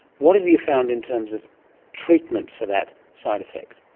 what have you found in terms of treatment for that side effect?